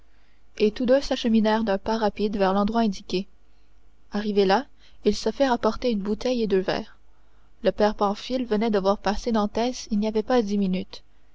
et tous deux s'acheminèrent d'un pas rapide vers l'endroit indiqué arrivés là ils se firent apporter une bouteille et deux verres le père pamphile venait de voir passer dantès il n'y avait pas dix